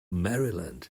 maryland